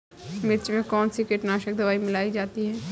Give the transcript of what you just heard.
मिर्च में कौन सी कीटनाशक दबाई लगानी चाहिए?